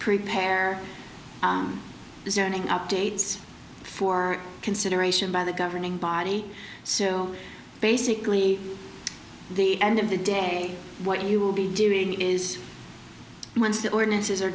prepare the zoning updates for consideration by the governing body so basically the end of the day what you will be doing is once the ordinances